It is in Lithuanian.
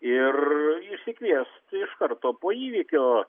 ir išsikviest iš karto po įvykio